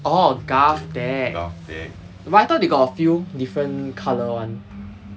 orh GovTech but I thought they got a few different colour [one]